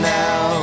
now